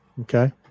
Okay